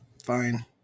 Fine